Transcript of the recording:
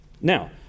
Now